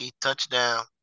Touchdown